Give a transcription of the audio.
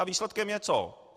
A výsledkem je co?